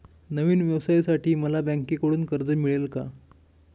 नवीन व्यवसायासाठी मला बँकेकडून कर्ज मिळेल का?